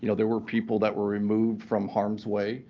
you know there were people that were removed from harm's way,